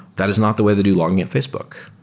that is not the way they do logging at facebook.